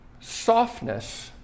softness